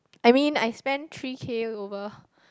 I mean I spend three K over